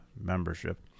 membership